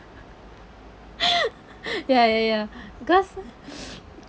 ya ya ya cause